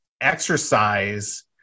exercise